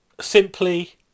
Simply